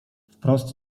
wprost